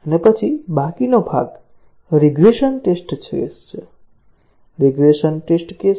અને પછી બાકીનો ભાગ રિગ્રેસન ટેસ્ટ કેસ છે